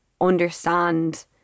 understand